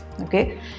okay